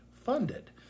funded